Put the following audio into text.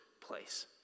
place